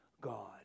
God